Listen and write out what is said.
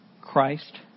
Christ